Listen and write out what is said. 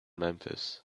memphis